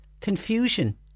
confusion